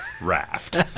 Raft